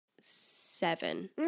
seven